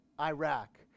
Iraq